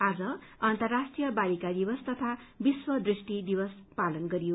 आज अन्तर्राष्ट्रीय बालिका दिवस तथा विश्व दृष्टि दिवस पालन गरियो